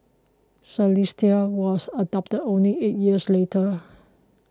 Celeste was adopted only eight years later